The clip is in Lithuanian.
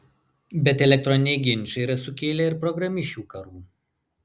bet elektroniniai ginčai yra sukėlę ir programišių karų